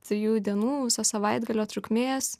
trijų dienų viso savaitgalio trukmės